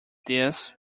this